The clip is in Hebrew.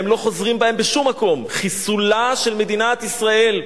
והם לא חוזרים בהם בשום מקום: חיסולה של מדינת ישראל,